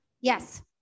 Yes